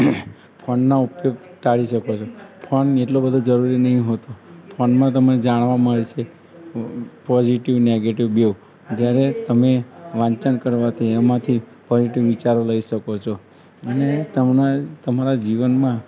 phone ફોનનો ઉપયોગ ટાળી શકો છો ફોન એટલો બધો જરૂરી નથી હોતો ફોનમાં તમને જાણવા મળશે પોઝિટિવ નેગેટિવ બેઉ જ્યારે તમે વાંચન કરવા કે એમાંથી પોઝિટિવ વિચારો લઈ શકો છો અને તમને તમારા જીવનમાં